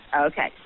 okay